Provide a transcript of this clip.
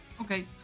Okay